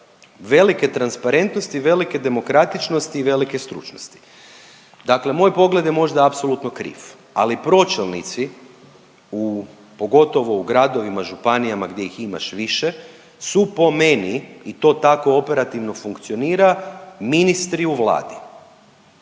velike transparentnosti, velike demokratičnosti i velike stručnosti. Dakle, moj pogled je možda apsolutno kriv, ali pročelnici pogotovo u gradovima, županijama gdje ih imaš više su po meni i to tako operativno funkcionira ministri u Vladi